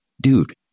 Dude